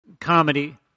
comedy